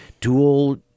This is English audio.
dual